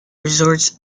resorts